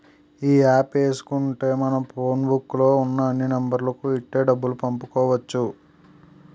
ఈ యాప్ ఏసుకుంటే మనం ఫోన్ బుక్కు లో ఉన్న అన్ని నెంబర్లకు ఇట్టే డబ్బులు పంపుకోవచ్చు